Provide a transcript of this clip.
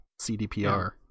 CDPR